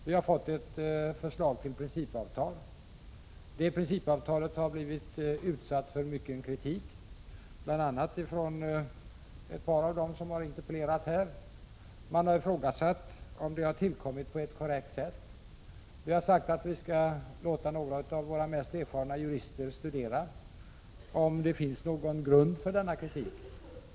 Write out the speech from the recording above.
Vi har fått förslag till ett principavtal. Principavtalet har blivit utsatt för mycken kritik, bl.a. från ett par av interpellanterna. Man har ifrågasatt om det har tillkommit på ett korrekt sätt. Vi har sagt att vi skall låta några av våra mest erfarna jurister studera om det finns någon grund för denna kritik.